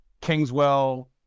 Kingswell